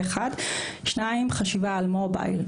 שלוש, חשיבה על מובייל.